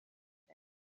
said